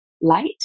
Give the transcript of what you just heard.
light